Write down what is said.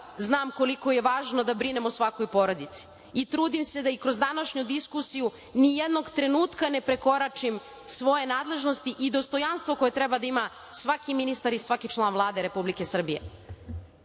znam koliko je važno da brinem o svakoj porodici. Trudim se da i kroz današnju diskusiju ni jednog trenutka ne prekoračim svoje nadležnosti i dostojanstvo koje treba da ima svaki ministar i svaki član Vlade Republike Srbije,